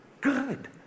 good